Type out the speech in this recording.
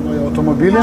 naują automobilį